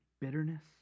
bitterness